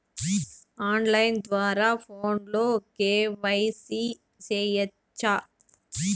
on line ద్వారా ఫోనులో KYC సేయొచ్చా